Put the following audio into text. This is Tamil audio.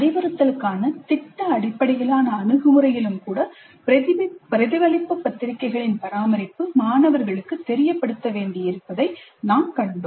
அறிவுறுத்தலுக்கான திட்ட அடிப்படையிலான அணுகுமுறையிலும் கூட பிரதிபலிப்பு பத்திரிகைகளின் பராமரிப்பு மாணவர்களுக்குத் தெரியப்படுத்தப்பட வேண்டியிருப்பதைக் கண்டோம்